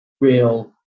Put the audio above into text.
real